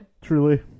truly